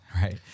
right